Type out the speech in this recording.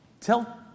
tell